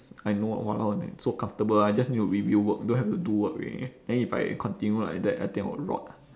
I know what !walao! so comfortable I just need to review work don't have to do work already then if I continue like that I think I will rot